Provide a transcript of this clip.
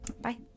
bye